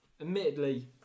admittedly